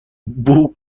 بوق